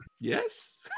Yes